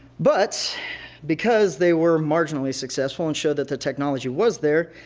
but because they were marginally successful and showed that the technology was there,